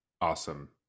awesome